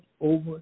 over